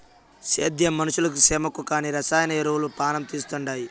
సేద్యం మనుషులకు సేమకు కానీ రసాయన ఎరువులు పానం తీస్తండాయి